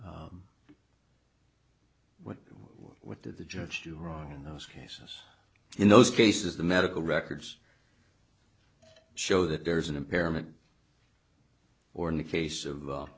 minard what did the judge do wrong in those cases in those cases the medical records show that there's an impairment or in the case of